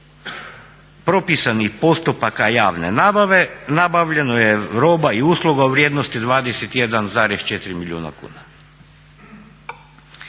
propisanih postupaka javne nabave nabavljeno je roba i usluga u vrijednosti 21,4 milijuna kuna.